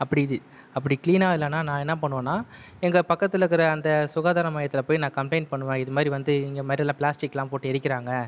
அப்படி இது அப்படி க்ளீனாக இல்லைனா நான் என்ன பண்ணுவேனால் எங்கள் பக்கத்தில் இருக்கிற அந்த சுகாதார மையத்தில் போய் நான் கம்பளைண்ட் பண்ணுவேன் இதுமாதிரி வந்து இங்கே மாதிரி எல்லாம் பிளாஸ்டிக்கெல்லாம் போட்டு எரிக்கிறாங்க